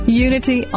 Unity